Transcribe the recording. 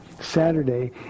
Saturday